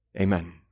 Amen